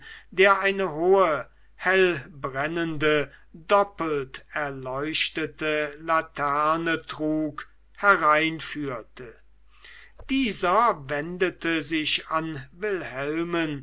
der eine hohe hellbrennende doppelt erleuchtete laterne trug hereinführte dieser wendete sich an wilhelmen